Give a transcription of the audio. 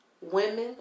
women